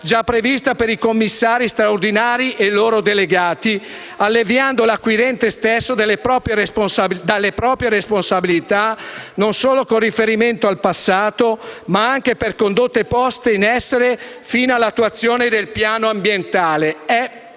già prevista per i commissari straordinari e i loro delegati, alleviando l'acquirente stesso dalle proprie responsabilità non solo con riferimento al passato, ma anche per condotte poste in essere fino all'attuazione del piano ambientale. Per